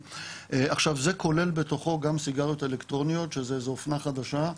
זה כולל בתוכו גם סיגריות אלקטרוניות שזו אופנה חדשה.